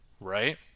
right